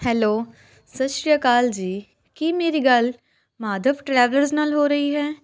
hello ਸਤਿ ਸ਼੍ਰੀ ਅਕਾਲ ਜੀ ਕੀ ਮੇਰੀ ਗੱਲ ਮਾਧਵ ਟ੍ਰੈਵਲਰਸ ਨਾਲ ਹੋ ਰਹੀ ਹੈ